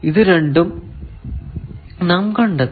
ഇത് രണ്ടും നാം കണ്ടെത്തി